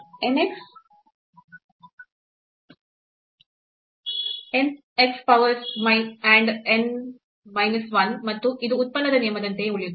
n x power n minus 1 ಮತ್ತು ಇದು ಉತ್ಪನ್ನದ ನಿಯಮದಂತೆಯೇ ಉಳಿಯುತ್ತದೆ